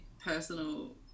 personal